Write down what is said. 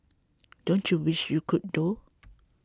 don't you wish you could though